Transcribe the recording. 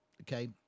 Okay